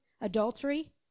adultery